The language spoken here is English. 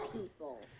people